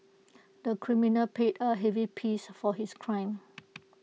the criminal paid A heavy piece for his crime